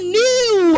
new